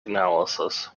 analysis